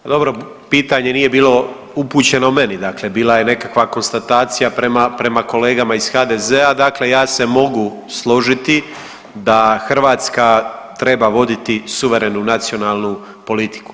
Pa dobro, pitanje nije bilo upućeno meni, dakle bila je nekakva konstatacija prema kolegama iz HDZ-a, dakle ja se mogu složiti da Hrvatska treba voditi suverenu nacionalnu politiku.